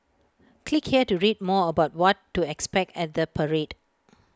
click here to read more about what to expect at the parade